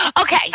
Okay